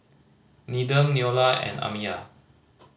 Needham Neola and Amiyah